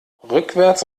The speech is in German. rückwärts